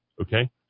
Okay